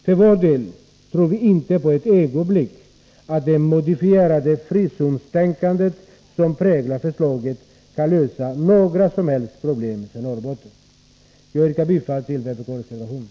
För vår del tror vi inte för ett ögonblick att det modifierade frizonstänkande som präglar förslaget kan lösa några som helst problem för Norrbotten. Jag yrkar bifall till vpk:s reservationer.